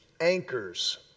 anchors